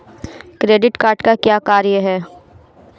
Credit card का क्या कार्य है?